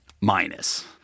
minus